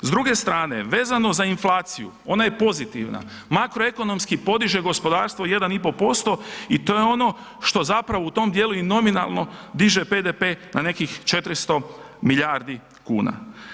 S druge strane, vezano za inflaciju, ona je pozitivna, makroekonomski podiže gospodarstvo 1,5% i to je ono što zapravo u tome dijelu i nominalno diže BDP na nekih 400 milijardi kuna.